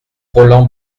roland